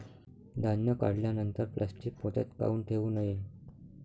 धान्य काढल्यानंतर प्लॅस्टीक पोत्यात काऊन ठेवू नये?